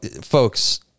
folks